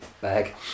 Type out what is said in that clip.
bag